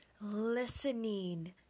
listening